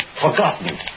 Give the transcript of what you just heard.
forgotten